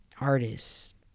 Artists